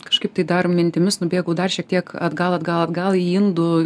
kažkaip tai dar mintimis nubėgau dar šiek tiek atgal atgal atgal į indų